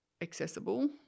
accessible